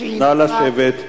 נא לשבת.